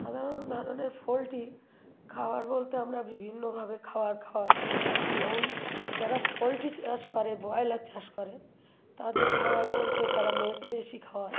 সাধারণ ধরনের পোলট্রি খাওয়ার বলতে আমরা বিভিন্নভাবে খাওয়ার খাওয়াই যেমন যারা পোলট্রি চাষ করে ব্রয়লার চাষ করে তাদের খাওয়ার বলতে তারা ম্যাশ বেশি খাওয়ায়